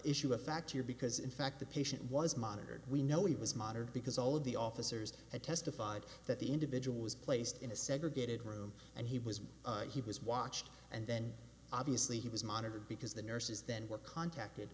issue of fact here because in fact the patient was monitored we know he was monitored because all of the officers had testified that the individual was placed in a segregated room and he was he was watched and then obviously he was monitored because the nurses then were contacted